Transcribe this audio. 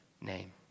name